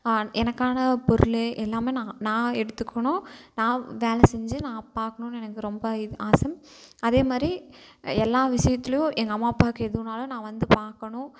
எனக்கான பொருள் எல்லாமே நான் நான் எடுத்துக்கணும் நான் வேலை செஞ்சு நான் பார்க்குணுன்னு எனக்கு ரொம்ப இது ஆசை அதே மாதிரி எல்லா விஷயத்துலேயும் எங்கள் அம்மா அப்பாவுக்கு எதனாலும் நான் வந்து பார்க்கணும்